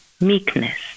meekness